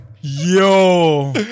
yo